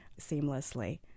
seamlessly